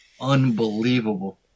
Unbelievable